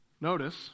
Notice